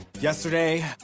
Yesterday